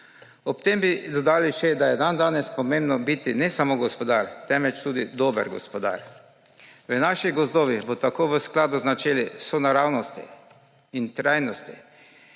Ob tem bi dodali še, da je dandanes pomembno biti ne samo gospodar, temveč tudi dober gospodar. V naših gozdovih bo tako v skladu z načeli sonaravnosti, trajnosti